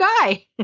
guy